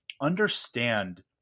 understand